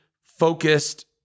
focused